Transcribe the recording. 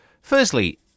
Firstly